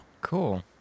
Cool